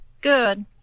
Good